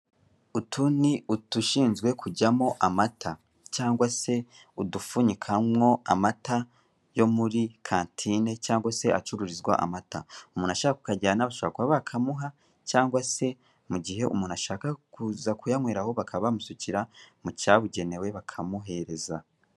Utu ni udushinzwe kujyamo amata cyangwa se udufunyikwamokubikwamo amata yo muri kantine cyangwa se ahacururizwa amata, umuntu ashaka kukajyana bashobora kuba bakamuha cyangwa se mu gihe ashaka kuyanywera aho bakaba bamusukiramo bakamuhereza.